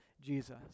Jesus